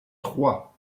trois